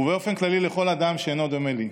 ובאופן כללי כלפי כל אדם שאינו דומה לי.